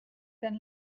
dann